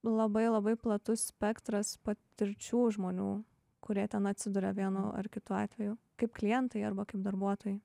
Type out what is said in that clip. labai labai platus spektras patirčių žmonių kurie ten atsiduria vienu ar kitu atveju kaip klientai arba kaip darbuotojai